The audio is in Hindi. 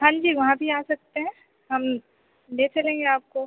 हाँ जी वहाँ भी आ सकते हैं हम ले चलेंगे आपको